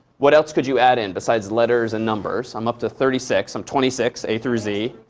what else could you add in besides letters and numbers? i'm up to thirty six. i'm twenty six, a through z.